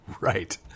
Right